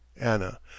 Anna